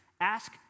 ask